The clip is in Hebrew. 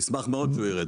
נשמח מאוד שהוא ירד.